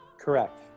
Correct